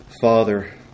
Father